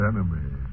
Enemy